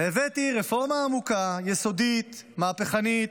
הבאתי רפורמה עמוקה, יסודית, מהפכנית,